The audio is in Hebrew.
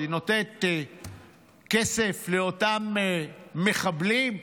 היא נותנת כסף לאותם מחבלים?